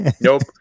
Nope